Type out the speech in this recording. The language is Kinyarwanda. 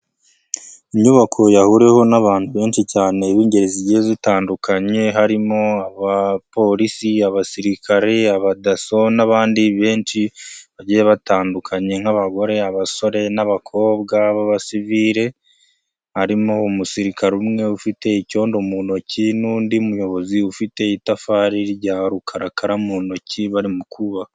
Inyubako yahuriweho n'abantu benshi cyane b'ingeri zigiye zitandukanye harimo; abapolisi, abasirikare abadasso n'abandi benshi bagiye batandukanye nk'abagore, abasore, n'abakobwa b'abasivili, harimo umusirikare umwe ufite icyondo mu ntoki n'undi muyobozi ufite itafari rya rukarakara mu ntoki barimo kubaka.